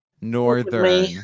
Northern